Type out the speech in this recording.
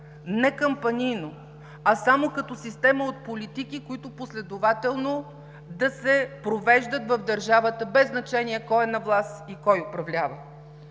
не кампанийно, а само като система от политики, които последователно да се провеждат в държавата, без значение кой е на власт и кой управлява.